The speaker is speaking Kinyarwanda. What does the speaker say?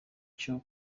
cyo